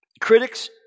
Critics